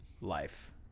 life